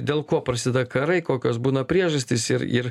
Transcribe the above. dėl ko prasideda karai kokios būna priežastys ir ir